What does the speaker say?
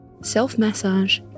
Self-massage